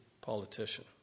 politician